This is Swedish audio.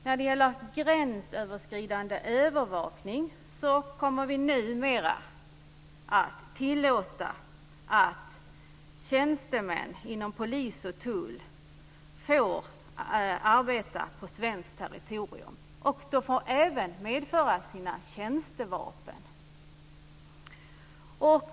När det gäller gränsöverskridande övervakning kommer vi numera att tillåta att tjänstemän inom polis och tull får arbeta på svenskt territorium och får även medföra sina tjänstevapen.